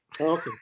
Okay